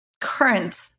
current